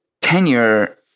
tenure